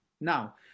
Now